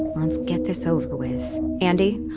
let's get this over with. andi,